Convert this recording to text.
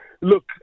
Look